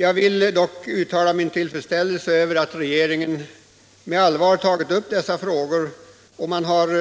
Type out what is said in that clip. Jag vill dock uttala min tillfredsställelse över att regeringen med allvar har tagit upp dessa frågor och